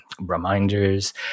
reminders